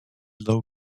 low